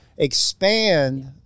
expand